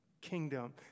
kingdom